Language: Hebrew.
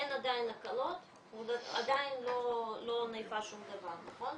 אין עדיין הקלות, עדיין לא --- שום דבר, נכון?